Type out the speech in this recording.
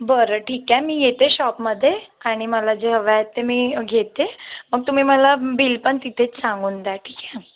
बरं ठीक आहे मी येते शॉपमध्ये आणि मला जे हवं आहे ते मी घेते मग तुम्ही मला बिल पण तिथेच सांगून द्या ठीक आहे